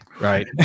right